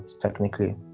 technically